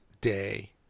day